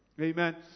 Amen